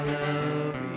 love